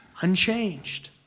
Unchanged